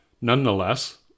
Nonetheless